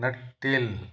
नट तेलु